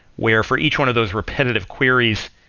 where for each one of those repetitive queries,